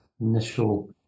initial